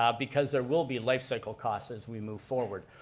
um because there will be life cycle costs as we move forward.